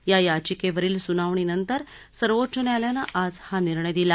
या याचिकेवरील सुनावणी नंतर सर्वोच्च न्यायालयानं आज हा निर्णय दिला